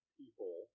people